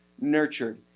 nurtured